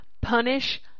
punish